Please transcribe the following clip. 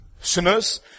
sinners